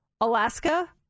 Alaska